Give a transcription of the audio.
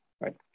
right